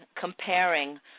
comparing